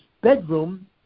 bedroom